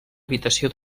habitació